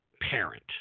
parent